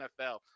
NFL